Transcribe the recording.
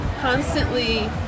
constantly